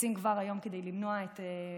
עושים כבר היום כדי למנוע אלימות,